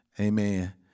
amen